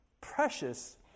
precious